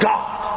God